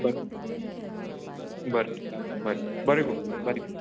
बरें बरें बरें बरें गो बरें